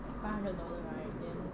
five hundred dollar right then